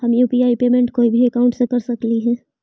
हम UPI payment कोई भी अकाउंट से कर सकली हे?